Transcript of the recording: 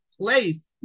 place